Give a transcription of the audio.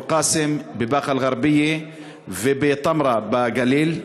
בטירה, בכפר-קאסם, בבאקה-אל-ע'רביה ובתמרה בגליל.